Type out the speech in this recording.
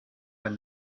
then